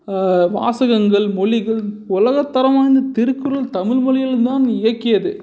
வாசகங்கள் மொழிகள் உலகத்தரம் வாய்ந்த திருக்குறள் தமிழ்மொழியில் தான் இயக்கியது